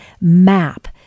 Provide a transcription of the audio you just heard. MAP